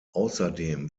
außerdem